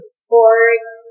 sports